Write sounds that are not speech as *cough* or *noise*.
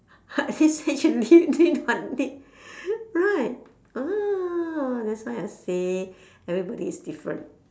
*laughs* did what did right ah that's why I say everybody is different